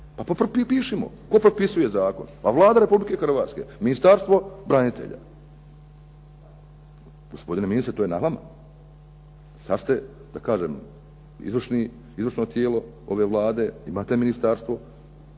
Pa propišimo. Tko propisuje zakona? Pa Vlada Republike Hrvatske, Ministarstvo branitelja. Gospodine ministre to je na vama. Sada ste izvršno tijelo ove Vlade, imate ministarstvo.